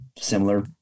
similar